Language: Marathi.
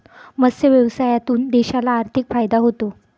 मत्स्य व्यवसायातून देशाला आर्थिक फायदा होतो